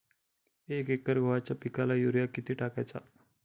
एक एकर गव्हाच्या पिकाला युरिया किती टाकायचा?